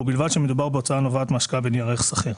ובלבד שמדובר בהוצאה הנובעת מהשקעה בנייר ערך סחיר.